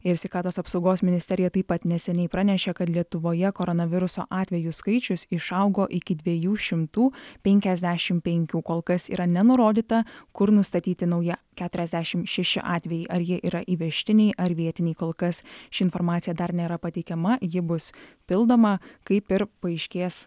ir sveikatos apsaugos ministerija taip pat neseniai pranešė kad lietuvoje koronaviruso atvejų skaičius išaugo iki dviejų šimtų penkiasdešimt penkių kol kas yra nenurodyta kur nustatyti nauji keturiasdešimt šeši atvejai ar jie yra įvežtiniai ar vietiniai kol kas ši informacija dar nėra pateikiama ji bus pildoma kaip ir paaiškės